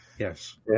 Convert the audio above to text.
Yes